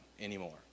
anymore